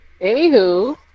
Anywho